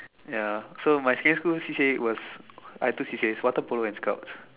ya so my secondary school C_C_A was I have two C_C_A water polo and Scouts